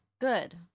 Good